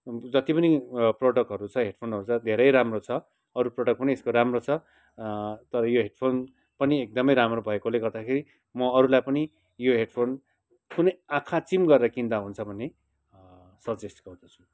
जति पनि प्रडक्टहरू छ हेडफोनहरू छ धेरै राम्रो छ अरू प्रडक्ट पनि यसको राम्रो छ तर यो हेडफोन पनि एकदमै राम्रो भएकोले गर्दाखेरि म अरूलाई पनि यो हेडफोन आँखा चिम गरेर किनदा हुन्छ भने सजेस्ट गर्दछु